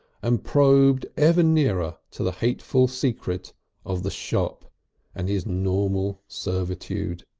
and probed ever nearer to the hateful secret of the shop and his normal servitude.